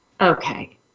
okay